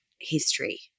history